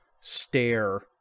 stare